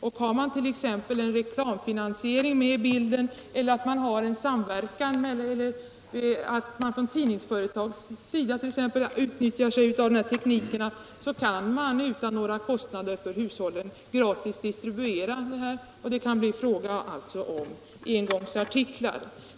Om man har reklamfinansiering med i bilden, eller om stora tidningsföretag utnyttjar denna teknik, så kan man utan några särskilda kostnader för hushållen tänkas gratis distribuera detta material, och det kan alltså mycket väl bli fråga om engångsartiklar.